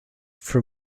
for